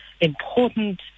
important